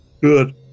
Good